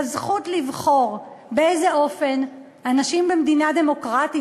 לזכות לבחור באיזה אופן אנשים במדינה דמוקרטית,